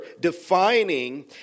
defining